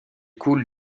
coule